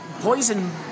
poison